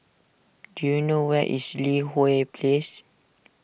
do you know where is Li Hwan Place